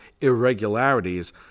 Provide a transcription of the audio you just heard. irregularities